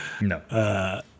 No